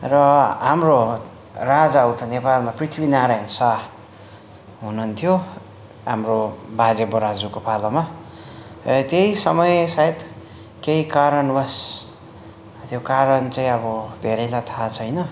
र हाम्रो राजा उता नेपालमा पृथ्वीनारायण शाह हुनुहुन्थ्यो हाम्रो बाजे बराज्यूको पालोमा त्यही समय सायद केही कारणवश त्यो कारण चाहिँ अब धेरैलाई थाहा छैन